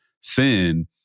sin